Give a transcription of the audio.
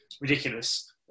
ridiculous